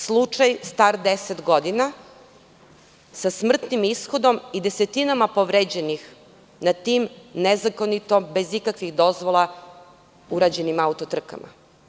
Slučaj star deset godina sa smrtnim ishodom i desetinama povređenih na tim nezakonito, bez ikakvih dozvola, urađenim auto-trkama.